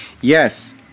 Yes